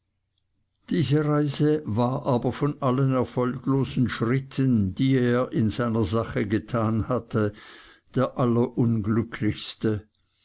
diese reise war aber von allen erfolglosen schritten die er in seiner sache getan hatte der